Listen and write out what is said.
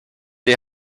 les